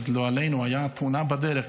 אז לא עלינו הייתה תאונה בדרך.